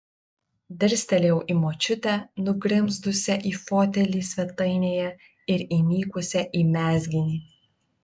dirstelėjau į močiutę nugrimzdusią į fotelį svetainėje ir įnikusią į mezginį